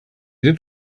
did